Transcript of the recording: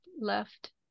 left